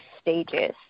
stages